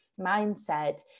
mindset